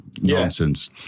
nonsense